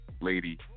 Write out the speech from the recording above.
lady